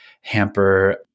hamper